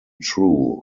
true